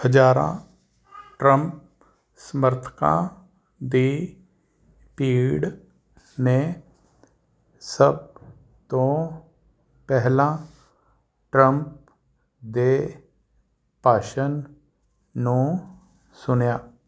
ਹਜ਼ਾਰਾਂ ਟਰੰਪ ਸਮਰਥਕਾਂ ਦੀ ਭੀੜ ਨੇ ਸਭ ਤੋਂ ਪਹਿਲਾਂ ਟਰੰਪ ਦੇ ਭਾਸ਼ਣ ਨੂੰ ਸੁਣਿਆ